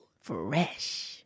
Fresh